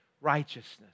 righteousness